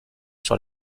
sur